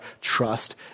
trust